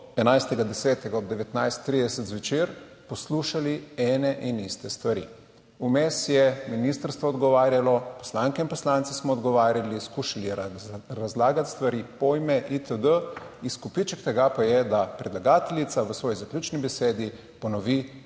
11. 10. ob 19.30 zvečer poslušali ene in iste stvari. Vmes je ministrstvo odgovarjalo, poslanke in poslanci smo odgovarjali, skušali razlagati stvari, pojme itd, izkupiček tega pa je, da predlagateljica v svoji **66. TRAK: (SC)